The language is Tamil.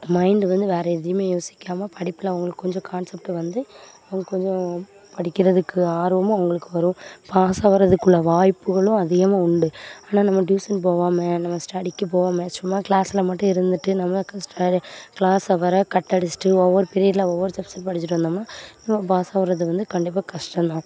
மைண்டு வந்து வேறு எதையுமே யோசிக்காமல் படிப்பில் அவங்களுக்கு கொஞ்சம் கான்செப்ட் வந்து அவங்க கொஞ்சம் படிக்கிறதுக்கு ஆர்வமும் அவங்களுக்கு வரும் பாஸ் ஆகறதுக்குள்ள வாய்ப்புகளும் அதிகமாக உண்டு ஆனால் நம்ம டியூசன் போகாம நம்ம ஸ்டடிக்கு போகாம சும்மா நம்ம கிளாஸில் மட்டும் இருந்துவிட்டு நமக்கு ஸ்டடி கிளாஸ் ஹவரை கட் அடிச்சுட்டு ஒவ்வொரு பீரியடில் ஒவ்வொரு சப்ஜெக்ட் படிச்சுட்டு இருந்தோம்னால் இப்போ பாஸ் ஆகிறது வந்து கண்டிப்பாக கஷ்டம் தான்